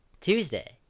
Tuesday